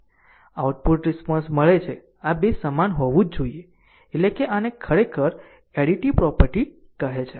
output response મળે છે આ 2 સમાન હોવું જ જોઈએ એટલે કે આને ખરેખર એડિટિવિટી પ્રોપર્ટી કહે છે